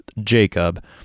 Jacob